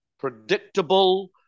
predictable